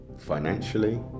financially